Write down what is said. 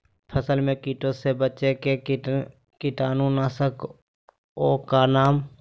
फसल में कीटों से बचे के कीटाणु नाशक ओं का नाम?